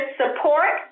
support